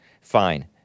fine